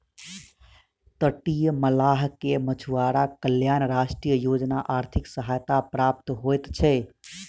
तटीय मल्लाह के मछुआरा कल्याण राष्ट्रीय योजना आर्थिक सहायता प्राप्त होइत छै